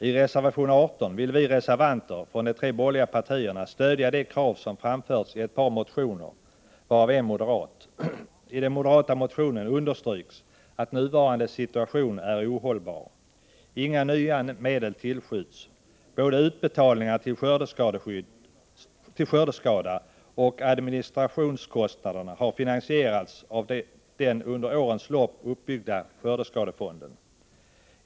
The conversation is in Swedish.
I reservation 18 vill vi reservanter från de tre borgerliga partierna stödja de krav som framförts i ett par motioner, varav en moderat. I den moderata motionen understryks att nuvarande situation är ohållbar. Inga nya medel tillskjuts. Både utbetalningarna vid skördeskador och administrationskostnaderna har finansierats av den under årens lopp uppbyggda skördeskadefonden.